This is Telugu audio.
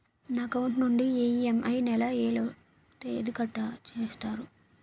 నా అకౌంట్ నుండి ఇ.ఎం.ఐ నెల లో ఏ తేదీన కట్ చేస్తారు?